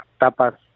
tapas